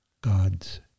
God's